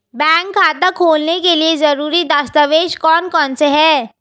Bank खाता खोलने के लिए ज़रूरी दस्तावेज़ कौन कौनसे हैं?